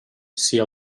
sia